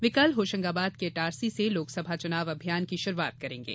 वे कल होशंगाबाद के इटारसी से लोकसभा चुनाव अभियान की शुरूआत करेंगे